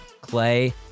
Clay